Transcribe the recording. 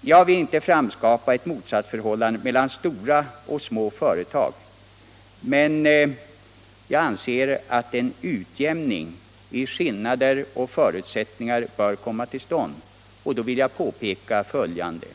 Jag vill inte framskapa ett motsatsförhållande mellan stora och små företag, men jag anser att en utjämning i fråga om skillnader och förutsättningar bör komma till stånd, och då vill jag påpeka följande.